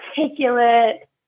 articulate